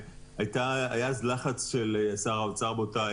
היה אז לחץ של שר האוצר באותה עת,